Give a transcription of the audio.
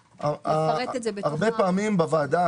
הרבה פעמים בוועדה,